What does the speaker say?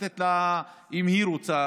אם היא רוצה,